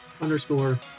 underscore